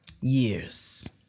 years